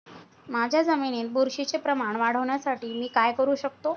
माझ्या जमिनीत बुरशीचे प्रमाण वाढवण्यासाठी मी काय करू शकतो?